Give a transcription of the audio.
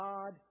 God